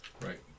Right